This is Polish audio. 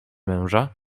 męża